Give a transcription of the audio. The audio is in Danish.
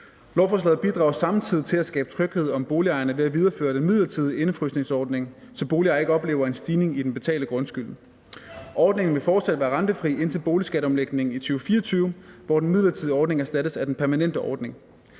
Lovforslaget bidrager samtidig til at skabe tryghed om boligejerne ved at videreføre den midlertidige indefrysningsordning, så boligejere ikke oplever en stigning i den betalte grundskyld. Ordningen vil fortsat være rentefri indtil boligskatteomlægningen i 2024, hvor den midlertidige ordning erstattes af den permanente ordning.